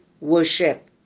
worship